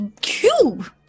cube